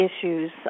issues